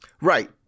Right